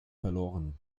verloren